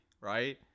right